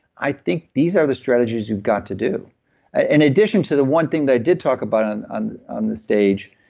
i think these are the strategies you've got to do and addition to the one thing that i did talk about on on the stage,